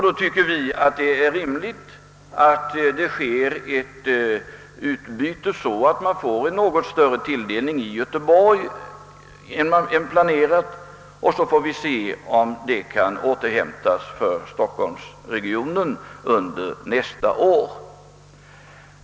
Då bör det vara rimligt att ett utbyte sker, så att man i Göteborg får en något större tilldelning än planerat och sedan får vi se om den kan återhämtas för Stockholmsregionen under nästa år.